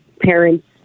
parents